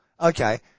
Okay